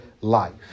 life